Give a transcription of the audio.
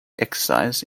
exercise